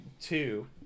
two